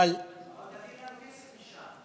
אבל, אבל תביא לנו כסף משם.